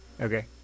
Okay